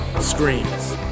screens